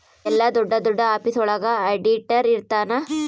ಎಲ್ಲ ದೊಡ್ಡ ದೊಡ್ಡ ಆಫೀಸ್ ಒಳಗ ಆಡಿಟರ್ ಇರ್ತನ